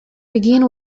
begins